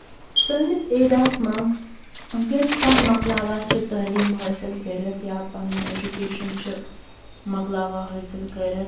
سٲنِس ایریاہَس منٛز ییٚلہِ کانٛہہ مۄکلاوان چھُ تعلیٖم حٲصِل کٔرِتھ یا پَنٕنۍ ایجوٗکیشَن چھُ مۄکلاوان حٲصِل کٔرِتھ